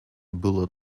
bullet